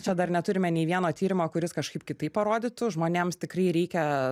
čia dar neturime nei vieno tyrimo kuris kažkaip kitaip parodytų žmonėms tikrai reikia